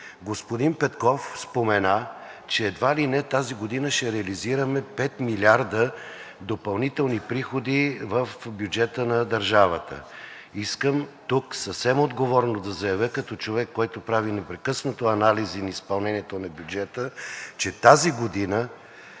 Господин Петков спомена, че едва ли не тази година ще реализираме 5 милиарда допълнителни приходи в бюджета на държавата. Искам тук съвсем отговорно да заявя като човек, който прави непрекъснато анализи на изпълнението на бюджета, че тази година